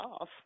off